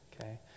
okay